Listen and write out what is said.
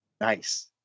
Nice